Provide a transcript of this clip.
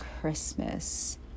Christmas